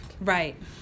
right